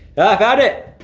found it.